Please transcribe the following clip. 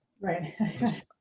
Right